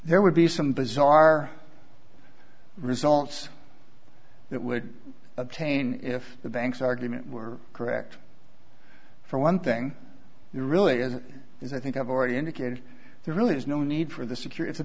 there would be some bizarre results that would obtain if the bank's argument were correct for one thing really as it is i think i've already indicated there really is no need for the secur